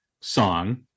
song